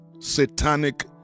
satanic